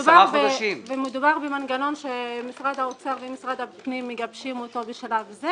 האמת היא ששר הפנים מנסה לתת את הכסף למועצות מקומיות נוספות,